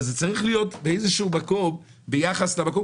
אבל זה צריך להיות באיזשהו מקום ביחס למקום